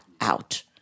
out